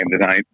tonight